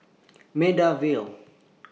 Maida Vale